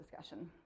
discussion